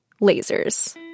lasers